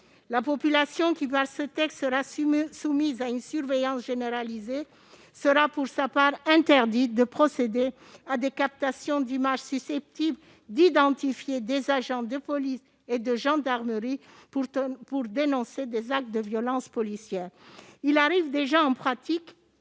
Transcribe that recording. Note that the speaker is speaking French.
La population sera, par ce texte, soumise à une surveillance généralisée, mais on lui interdira de procéder à des captations d'images susceptibles d'identifier des agents de police et de gendarmerie pour dénoncer des actes de violence policière. Il arrive déjà, en pratique,